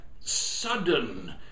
sudden